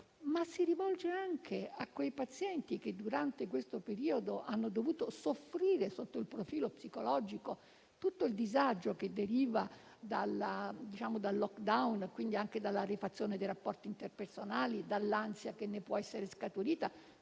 Si rivolge però anche a quei pazienti che durante questo periodo hanno dovuto soffrire, sotto il profilo psicologico, tutto il disagio derivato dal *lockdown*, quindi dalla limitazione dei rapporti interpersonali e dall'ansia che ne può essere scaturita,